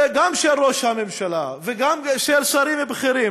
גם של ראש הממשלה וגם של שרים בכירים,